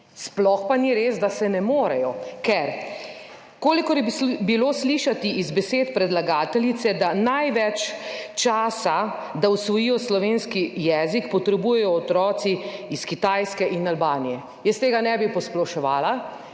Sploh pa ni res, da se ne morejo. Kolikor je bilo slišati iz besed predlagateljice, največ časa, da usvojijo slovenski jezik, potrebujejo otroci iz Kitajske in Albanije. Jaz tega ne bi posploševala,